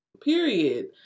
Period